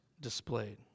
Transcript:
displayed